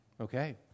okay